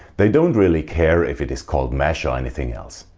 they don't really care if it is called mesh or anything else.